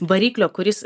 variklio kuris